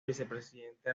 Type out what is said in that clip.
vicepresidente